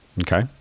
Okay